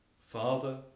father